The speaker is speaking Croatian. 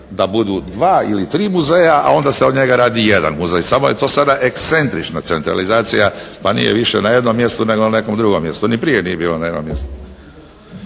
da budu dva ili tri muzeja a onda se od njega radi jedan muzej, samo je to sada ekscentrična centralizacija pa nije više na jednom mjestu nego na nekom drugom mjestu. Ni prije nije bila na jednom mjestu.